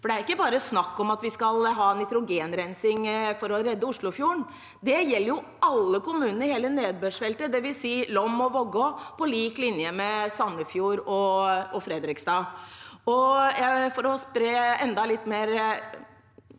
tid. Det er ikke bare snakk om at vi skal ha nitrogenrensing for å redde Oslofjorden. Det gjelder jo alle kommunene i hele nedbørsfeltet, dvs. Lom og Vågå på lik linje med Sandefjord og Fredrikstad. For å spre enda litt mer